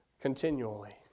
continually